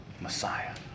Messiah